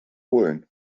holen